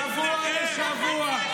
משבוע לשבוע,